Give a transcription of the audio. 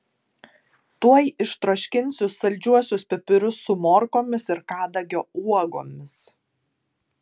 tuoj ištroškinsiu saldžiuosius pipirus su morkomis ir kadagio uogomis